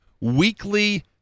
weekly